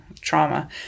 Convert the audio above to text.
trauma